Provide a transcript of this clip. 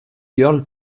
girls